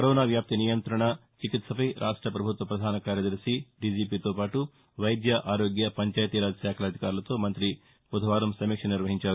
corona వ్యాప్తి నియంతణ చికిత్సపై రాష్ట ప్రభుత్వ ప్రధాన కార్యదర్శి దీజీపీతో పాటు వైద్యఆరోగ్య పంచాయతీరాజ్ శాఖల అధికారులతో మంత్రి బుధవారం సమీక్ష నిర్వహించారు